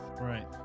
Right